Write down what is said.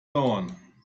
dauern